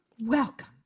welcome